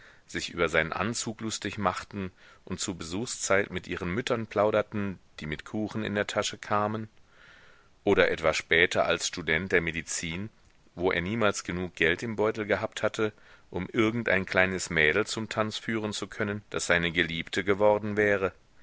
sich über seinen anzug lustig machten und zur besuchszeit mit ihren müttern plauderten die mit kuchen in der tasche kamen oder etwa später als student der medizin wo er niemals geld genug im beutel gehabt hatte um irgendein kleines mädel zum tanz führen zu können das seine geliebte geworden wäre